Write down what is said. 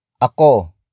Ako